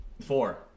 four